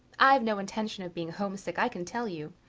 i've no intention of being homesick, i can tell you.